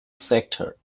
sector